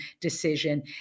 decision